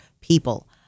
people